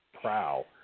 prow